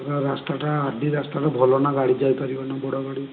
ସେ ଯେଉଁ ରାସ୍ତାଟା ଆର୍ ଡ଼ି ରାସ୍ତାଟା ଭଲ ନା ଗାଡ଼ି ଯାଇପାରିବ ନା ବଡ଼ ଗାଡ଼ି